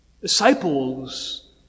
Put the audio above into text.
Disciples